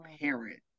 parent